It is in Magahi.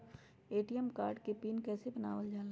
ए.टी.एम कार्ड के पिन कैसे बनावल जाला?